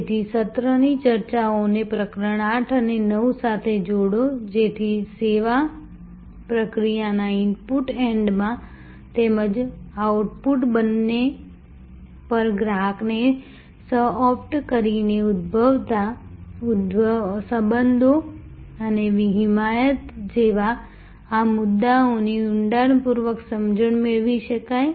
તેથી સત્રની ચર્ચાઓને પ્રકરણ 8 અને 9 સાથે જોડો જેથી સેવા પ્રક્રિયાના ઇનપુટ એન્ડમાં તેમજ આઉટપુટ બંને પર ગ્રાહકને સહ ઓપ્ટ કરીને ઉદ્ભવતા સંબંધો અને હિમાયત જેવા આ મુદ્દાઓની ઊંડાણપૂર્વક સમજણ મેળવી શકાય